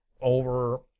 over